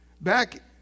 Back